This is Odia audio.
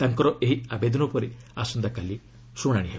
ତାଙ୍କର ଏହି ଆବେଦନ ଉପରେ ଆସନ୍ତାକାଲି ଶୁଣାଣି ହେବ